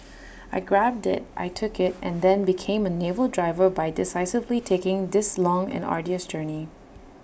I grabbed IT I took IT and then became A naval diver by decisively taking this long and arduous journey